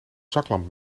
zaklamp